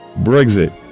Brexit